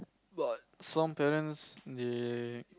but some parents they